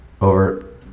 Over